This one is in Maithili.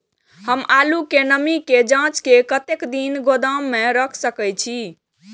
हम आलू के नमी के जाँच के कतेक दिन गोदाम में रख सके छीए?